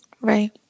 Right